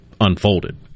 unfolded